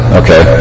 okay